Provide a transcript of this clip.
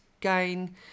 gain